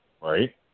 Right